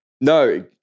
No